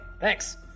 thanks